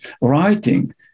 writing